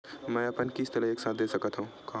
मै अपन किस्त ल एक साथ दे सकत हु का?